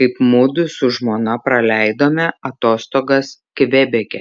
kaip mudu su žmona praleidome atostogas kvebeke